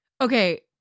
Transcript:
Okay